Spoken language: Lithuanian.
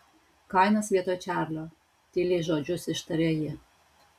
kainas vietoj čarlio tyliai žodžius ištarė ji